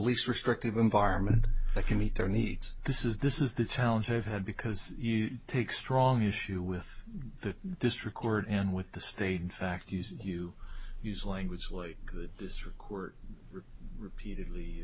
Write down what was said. least restrictive environment they can meet their needs this is this is the challenge i've had because you take strong issue with the this record and with the state in fact you use language like this record repeatedly